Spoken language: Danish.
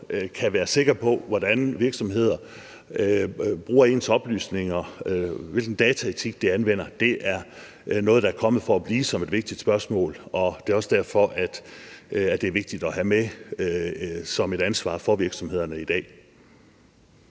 kan være sikker på, hvordan virksomheder bruger ens oplysninger, altså hvilken dataetik der er, er noget, der er kommet for at blive som et vigtigt spørgsmål. Det er også derfor, at det er vigtigt at have med som et ansvar for virksomhederne i dag.